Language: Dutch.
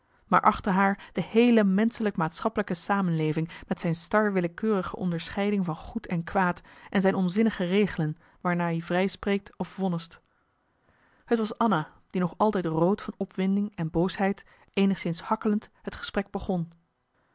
maar achter haar de heele menschelijk maatschappelijke samenleving met zijn star willekeurige onderscheiding van goed en kwaad en zijn onzinnige regelen waarnaar i vrijspreekt of vonnist het was anna die nog altijd rood van opwinding en boosheid eenigszins hakkelend het gesprek begon